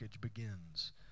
begins